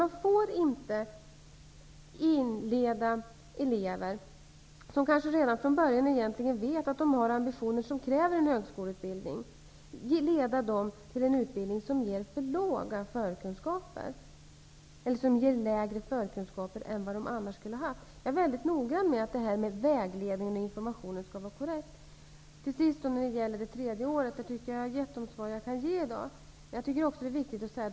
Man får inte leda elever, som kanske redan från början har yrkesambitioner som kräver en högskoleutbildning, till en utbildning som ger för dåliga förkunskaper eller som ger sämre förkunskaper än vad de annars skulle ha haft. Jag är väldigt noga med att vägledning och information skall vara korrekta. När det till sist gäller frågan om det tredje året har jag gett de svar som jag i dag kan ge.